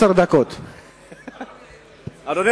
אדוני